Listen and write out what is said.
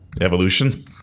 Evolution